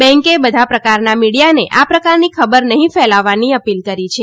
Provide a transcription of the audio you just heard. બેન્કે બધા પ્રકારના મીડિયાને આ પ્રકારની ખબર નહીં ફેલાવવાની અપીલ કરી છે